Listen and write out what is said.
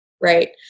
right